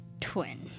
twin